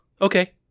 okay